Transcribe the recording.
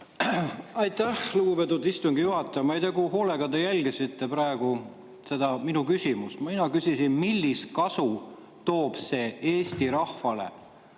Aitäh, lugupeetud istungi juhataja! Ma ei tea, kui hoolega te jälgisite seda minu küsimust. Mina küsisin, millist kasu toob see Eesti rahvale.